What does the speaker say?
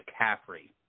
McCaffrey